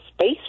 space